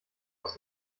aus